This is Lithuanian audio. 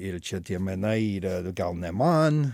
ir čia tie menai yra gal ne man